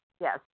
yes